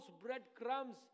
breadcrumbs